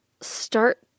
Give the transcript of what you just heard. start